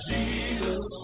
Jesus